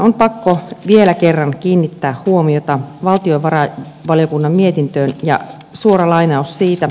on pakko vielä kerran kiinnittää huomiota valtiovarainvaliokunnan mietintöön ja suora lainaus siitä